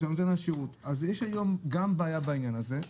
יש היום בעיה גם בעניין הזה.